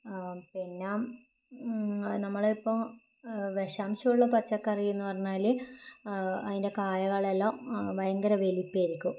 ആ പിന്നെ നമ്മളിപ്പോൾ വിഷാംശമുള്ള പച്ചക്കറിയെന്നു പറഞ്ഞാൽ അതിൻ്റെ കായ്കളെല്ലാം ഭയങ്കര വലിപ്പമായിരിക്കും